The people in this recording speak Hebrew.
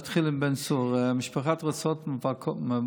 נתחיל עם בן צור: המשפחות רוצות מאבק,